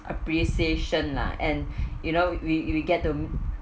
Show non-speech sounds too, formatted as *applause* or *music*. appreciation lah and *breath* you know we we get to